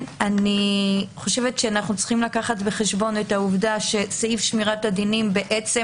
אני חושבת שעלינו לקחת בחשבון את העובדה שסעיף שמירת הדינים בעצם